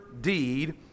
deed